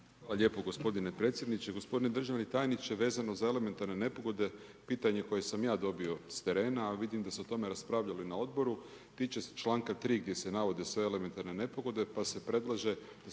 Hvala lijepo gospodine predsjedniče. Gospodine državni tajniče vezano za elementarne nepogode pitanje koje sam ja dobio s terena, a vidim da se o tome raspravljalo i na odboru, tiče se članka 3. gdje se navode sve elementarne nepogode pa se predlaže